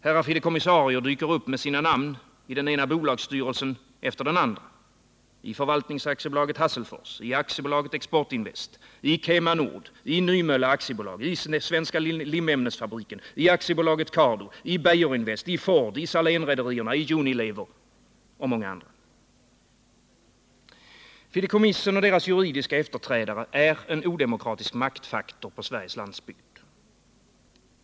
Herrar fideikommissarier dyker upp med sina namn i den ena bolagsstyrelsen efter den andra: i Förvaltnings AB Hasselfors, i AB Export Invest, i Kema Nord, i Nymölla AB, i Svenska Limämnesfabriken, i AB Cardo, i Beijerinvest, Ford, Salénrederierna, Unilever och många andra. Fideikommissen och deras juridiska efterträdare är en odemokratisk maktfaktor på Sveriges landsbygd.